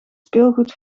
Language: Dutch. speelgoed